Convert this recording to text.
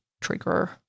trigger